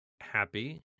happy